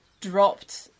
dropped